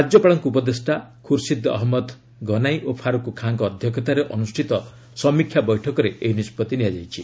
ରାଜ୍ୟପାଳଙ୍କ ଉପଦେଷ୍ଟା ଖୁର୍ସିଦ୍ ଅହଞ୍ଚନ୍ଦ ଗନାଇ ଓ ଫାର୍ଚକ୍ ଖାଁଙ୍କ ଅଧ୍ୟକ୍ଷତାରେ ଅନୁଷ୍ଠିତ ସମୀକ୍ଷା ବୈଠକରେ ଏହି ନିଷ୍ପଭି ନିଆଯାଇଛି